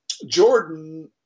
Jordan